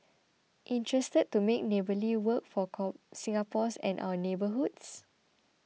interested to make neighbourly work for Singapores and our neighbourhoods